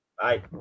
Bye